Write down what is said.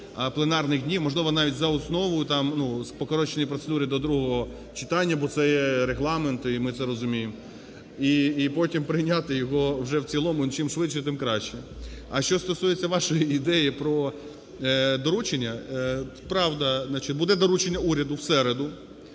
пленарних днів, можливо, навіть за основу, там, ну, по скороченій процедурі до другого читання, бо це є Регламент, і ми це розуміємо. І потім прийняти його вже в цілому, і чим швидше, тим краще. А що стосується вашої ідеї про доручення. Правда, буде доручення уряду в